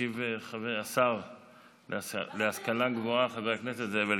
ישיב השר להשכלה גבוהה חבר הכנסת זאב אלקין,